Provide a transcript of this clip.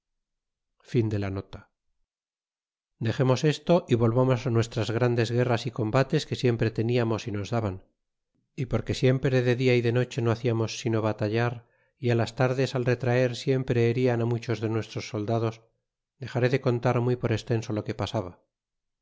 e mos á nuestras grandes guerras y combatesque siempre teniamos y nos daban y porque siempre de dia y de noche no haciamos sino batallar y á las tardes al retraer siempre berian á muchos de nuestros soldados dexaré de contar muy por extenso lo que pasaba